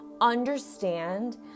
understand